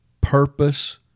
purpose